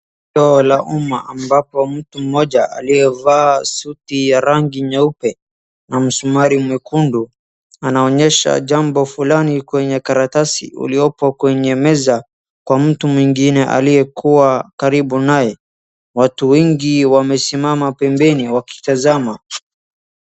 Ambapo mtu mmoja aliyevaa suti ya rangi nyeupe na msumari mwekundu anaonyesha jambo fulani kwenye karatasi iliyopo kwenye meza kwa mtu mwingine aliyekuwa karibu naye. Watu wengi wameimama pembeni wakitizama.